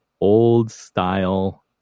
old-style